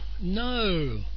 No